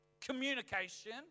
communication